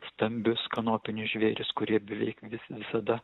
stambius kanopinius žvėris kurie beveik vis visada